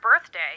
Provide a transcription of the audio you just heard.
birthday